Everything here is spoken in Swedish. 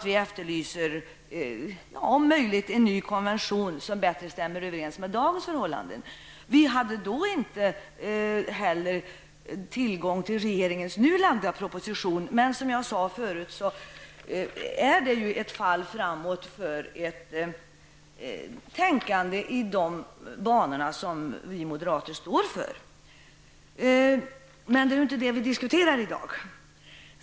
Vi efterlyser om möjligt en ny konvention som bättre överensstämmer med dagens förhållanden. När vi tidigare uttalade detta hade vi inte tillgång till regeringens nu avlämnade proposition. Men, som jag sade förut, är dess innehåll ett fall framåt för ett tänkande i de banor som vi moderater står för. Det är dock inte den saken vi skall diskutera i dag.